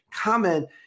comment